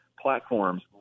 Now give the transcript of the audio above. platforms